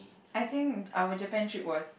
I think our Japan trip was